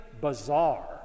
bizarre